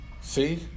See